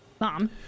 Mom